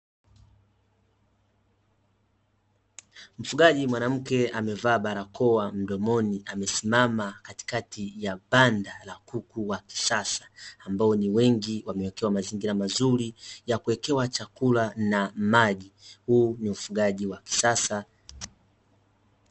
Mfugaji mwanamke amevaa barakoa mdomoni amesimama katikati ya banda la kuku wa kisasa ambao ni wengi, wamewekewa mazingira mazuri ya kuwekewa chakula na maji huu ni ufugaji wa kisasa.